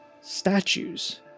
statues